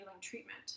treatment